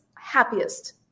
happiest